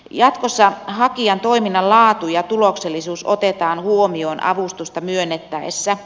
jatkossa hakijan toiminnan laatu ja tuloksellisuus otetaan huomioon avustusta myönnettäessä